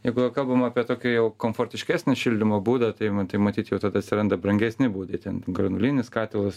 jeigu jau kalbam apie tokį jau komfortiškesnį šildymo būdą tai ma matyt jau tada atsiranda brangesni būdai ten granulinis katilas